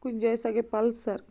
کُنہٕ جایہ سۄ گٔے پلسر